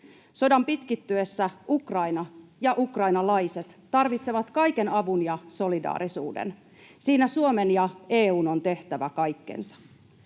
Sodan pitkittyessä Ukraina ja ukrainalaiset tarvitsevat kaiken avun ja solidaarisuuden. Siinä Suomen ja EU:n on tehtävä kaikkensa.